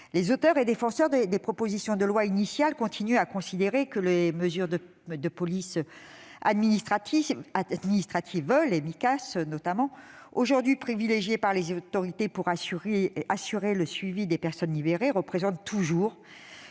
les auteurs et défenseurs des propositions de loi initiales continuent à considérer que les mesures de police administrative, notamment les Micas, aujourd'hui privilégiées par les autorités pour assurer le suivi des personnes libérées, représentent toujours